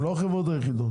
הן לא החברות היחידות.